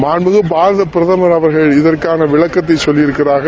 மாண்புமிகு பாரத பிரதமர் அவர்கள் இதற்கான விளக்கத்தை சொல்லியிருக்கிறார்கள்